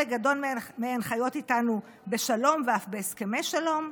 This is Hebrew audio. גדול מהן חיות איתנו בשלום ואף בהסכמי שלום,